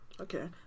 Okay